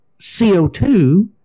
CO2